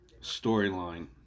storyline